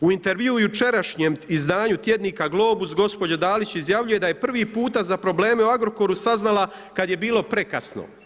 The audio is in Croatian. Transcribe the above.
U intervju jučerašnjem, izdanju tjednika Globus gospođe Dalić izjavljuje da je prvi puta za probleme u Agrokoru saznala kada je bilo prekasno.